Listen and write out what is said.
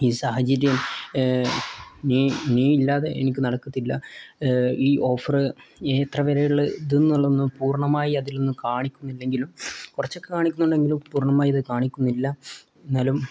ഈ സാഹചര്യം നീ നീ ഇല്ലാതെ എനിക്ക് നടക്കത്തില്ല ഈ ഓഫറ് എ എത്ര വരെയുള്ള ഇത് എന്നുള്ളത് പൂർണ്ണമായി അതിലൊന്നും കാണിക്കുന്നില്ലെങ്കിലും കുറച്ചൊക്കെ കാണിക്കുന്നുണ്ടെങ്കിലും പൂർണമായി ഇത് കാണിക്കുന്നില്ല എന്നാലും